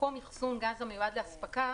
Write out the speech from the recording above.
במקום "אחסון גז המיועד לאספקה"